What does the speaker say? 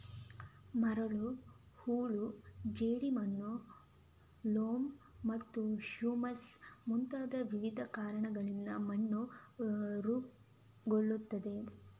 ಮರಳು, ಹೂಳು, ಜೇಡಿಮಣ್ಣು, ಲೋಮ್ ಮತ್ತು ಹ್ಯೂಮಸ್ ಮುಂತಾದ ವಿವಿಧ ಕಣಗಳಿಂದ ಮಣ್ಣು ರೂಪುಗೊಳ್ಳುತ್ತದೆ